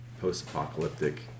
post-apocalyptic